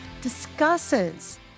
discusses